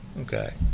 Okay